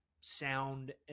sound